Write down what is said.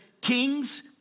kings